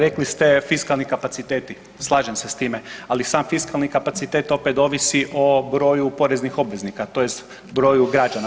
Rekli ste fiskalni kapaciteti, slažem se s time, ali sam fiskalni kapacitet opet ovisi o broju poreznih obveznika tj. broju građana.